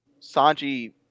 Sanji